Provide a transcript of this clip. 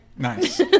Nice